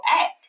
act